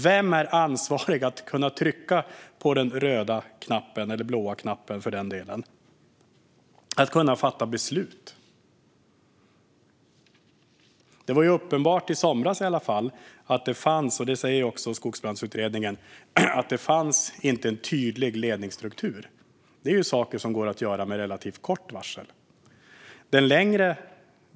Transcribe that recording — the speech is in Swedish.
Vem är ansvarig och kan trycka på den röda knappen - eller den blå knappen, för den delen? Vem kan fatta beslut? I somras var det uppenbart - det säger också Skogsbrandsutredningen - att det inte fanns en tydlig ledningsstruktur. Det här är saker som går att göra med relativt kort varsel.